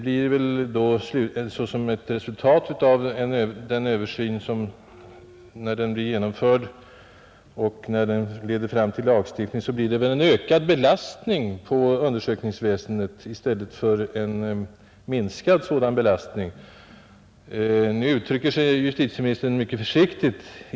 När denna översyn blir genomförd och leder fram till lagstiftning, blir det väl därmed en ökad i stället för en minskad belastning på undersökningsväsendet. Nu uttrycker sig dock justitieministern mycket försiktigt.